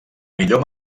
millor